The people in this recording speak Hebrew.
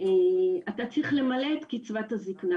אתה צריך למלא את תקצבת הזקנה,